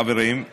חברים,